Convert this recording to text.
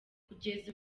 kugeza